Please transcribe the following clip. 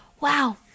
wow